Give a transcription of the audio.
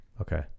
Okay